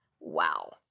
Wow